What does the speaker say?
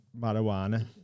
marijuana